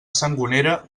sangonera